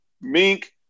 Mink